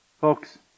Folks